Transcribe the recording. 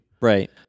Right